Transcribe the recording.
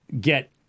get